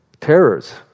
terrors